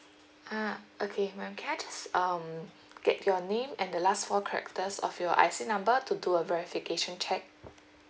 ah okay madam can I just um get your name and the last four characters of your I_C number to do a verification check